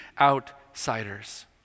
outsiders